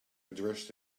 dressed